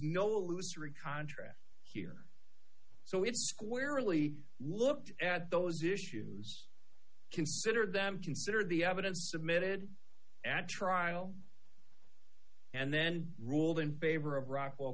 recontract here so it squarely looked at those issues considered them consider the evidence submitted at trial and then ruled in favor of rock